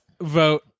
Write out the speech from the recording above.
vote